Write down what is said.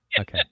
Okay